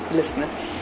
listeners